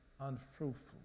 unfruitful